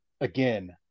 Again